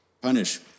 Punish